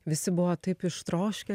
visi buvo taip ištroškę